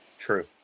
true